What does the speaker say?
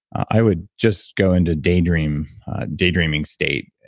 i would just go into daydream, a daydreaming state,